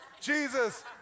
Jesus